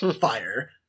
fire